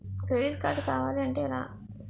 Credit card కావాలి అంటే ఎలా?